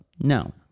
No